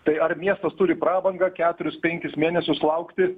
tai ar miestas turi prabangą keturis penkis mėnesius laukti